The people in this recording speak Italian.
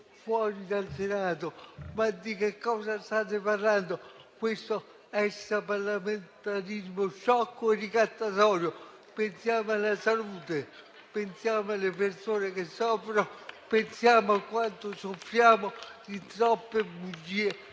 fuori dal Senato»? Ma di che cosa state parlando? Questo extraparlamentarismo è sciocco e ricattatorio. Pensiamo alla salute, pensiamo alle persone che soffrono, pensiamo a quanto soffriamo di troppe bugie